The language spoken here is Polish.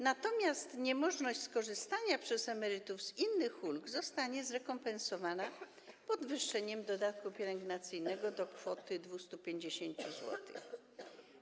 Natomiast niemożność skorzystania przez emerytów z innych ulg zostanie zrekompensowana podwyższeniem dodatku pielęgnacyjnego do kwoty 250 zł.